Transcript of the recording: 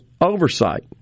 oversight